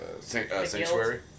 sanctuary